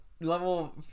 level